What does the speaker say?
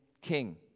king